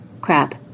Crap